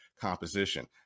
composition